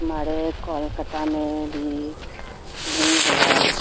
ہمارے کولکاتہ میں بھی بیز ہے